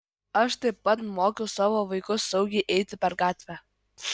aš taip pat mokiau savo vaikus saugiai eiti per gatvę